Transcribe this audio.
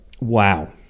wow